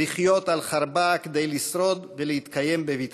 לחיות על חרבה כדי לשרוד ולהתקיים בבטחה,